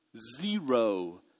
zero